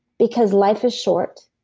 because life is short.